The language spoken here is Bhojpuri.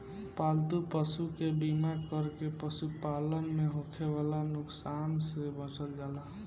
पालतू पशु के बीमा कर के पशुपालन में होखे वाला नुकसान से बचल जाला